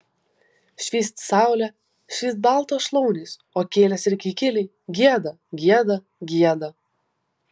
švyst saulė švyst baltos šlaunys o kielės ir kikiliai gieda gieda gieda